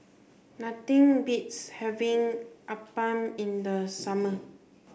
nothing beats having Appam in the summer